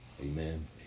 Amen